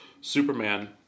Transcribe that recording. Superman